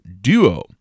Duo